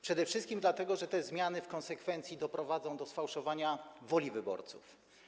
Przede wszystkim dlatego, że te zmiany w konsekwencji doprowadzą do sfałszowania woli wyborców.